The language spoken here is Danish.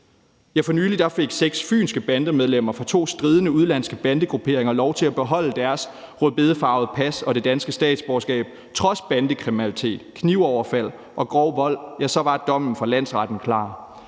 For nylig fik seks fynske bandemedlemmer fra to stridende udenlandske bandegrupperinger lov til at beholde deres rødbedefarvede pas og det danske statsborgerskab, og trods bandekriminalitet, knivoverfald og grov vold var dommen fra landsretten klar: